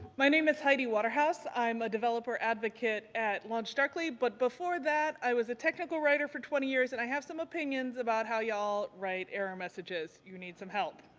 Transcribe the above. my name is heidi waterhouse. i'm a developer advocate at launch darkly but before that i was a technical writer for twenty years and i have some opinions about how y'all write error messages, you need some help.